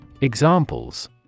Examples